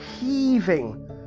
heaving